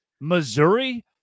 Missouri